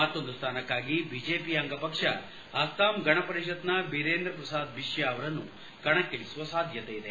ಮತ್ತೊಂದು ಸ್ಥಾನಕ್ನಾಗಿ ಬಿಜೆಪಿ ಅಂಗಪಕ್ಷ ಅಸ್ಲಾಂ ಗಣ ಪರಿಷದ್ನ ಬೀರೇಂದ್ರ ಪ್ರಸಾದ್ ಬೈಷ್ಕಾ ಅವರನ್ನು ಕಣಕ್ಕಿಳಿಸುವ ಸಾಧ್ಯತೆ ಇದೆ